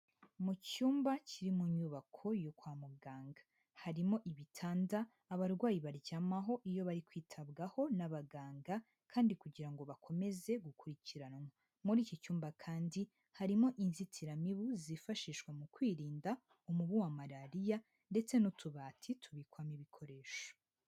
Mu cyumba kiri mu nyubako yo kwa muganga, harimo ibitanda abarwayi baryamaho iyo bari kwitabwaho n'abaganga kandi kugira ngo bakomeze gukurikiranwa. Muri iki cyumba kandi harimo inzitiramibu zifashishwa mu kwirinda umubu wa marariya ndetse n'utubati tubikwamo ibikoresho.